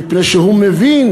מפני שהוא מבין